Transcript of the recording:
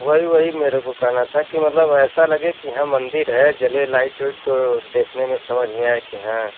वही वही मेरे को कहना था कि मतलब ऐसा लगे कि हाँ मंदिर है जले लाइट उईट तो देखने में समझ में आए कि हाँ